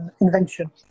invention